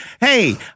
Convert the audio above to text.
Hey